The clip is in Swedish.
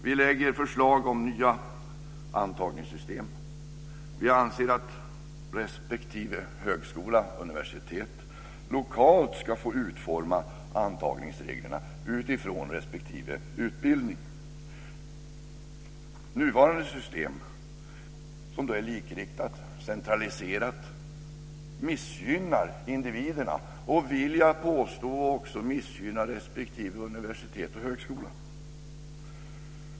Vi lägger fram förslag om nya antagningssystem. Vi anser att respektive högskola och universitet lokalt ska få utforma antagningsreglerna utifrån respektive utbildning. Nuvarande system, som är likriktat och centraliserat, missgynnar individerna och - det vill jag påstå - missgynnar respektive universitet och högskola.